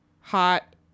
hot